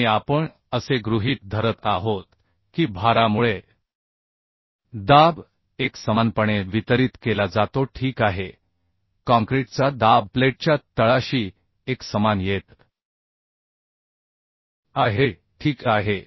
आणि आपण असे गृहीत धरत आहोत की भारामुळे दाब एकसमानपणे वितरित केला जातो ठीक आहे काँक्रीटचा दाब प्लेटच्या तळाशी एकसमान येत आहे ठीक आहे